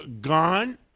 gone